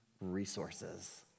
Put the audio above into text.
resources